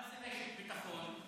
מה זה רשת ביטחון?